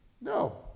No